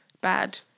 Bad